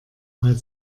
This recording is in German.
weil